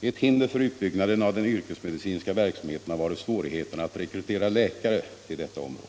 Ett hinder för utbyggnaden av den yrkesmedicinska verksamheten har varit svårigheterna att rekrytera läkare till detta område.